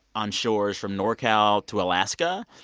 on shores from norcal to alaska.